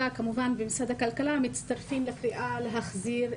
כמובן במשרד הכלכלה מצטרפים לקריאה להחריג